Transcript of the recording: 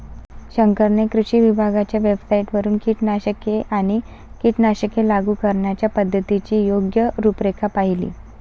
शंकरने कृषी विभागाच्या वेबसाइटवरून कीटकनाशके आणि कीटकनाशके लागू करण्याच्या पद्धतीची योग्य रूपरेषा पाहिली